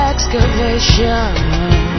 excavation